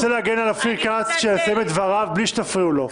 אני רוצה להגן על אופיר כץ בלי שתפריעו לו.